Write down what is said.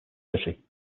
city